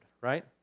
right